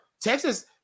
Texas